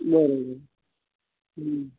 બરોબર હં